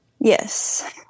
Yes